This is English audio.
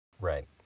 right